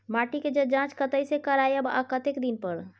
माटी के ज जॉंच कतय से करायब आ कतेक दिन पर?